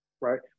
right